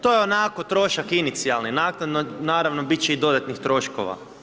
To je onako trošak inicijalni, naknadno naravno bit će i dodatnih troškova.